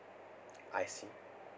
I see